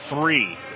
three